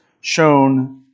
shown